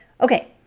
Okay